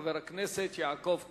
חבר הכנסת יעקב כהן.